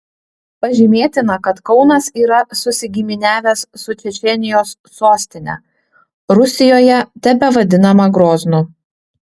pažymėtina kad kaunas yra susigiminiavęs su čečėnijos sostine rusijoje tebevadinama groznu